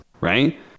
right